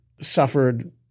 suffered